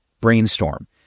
brainstorm